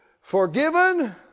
forgiven